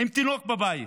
ועם תינוק בבית,